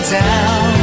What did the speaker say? down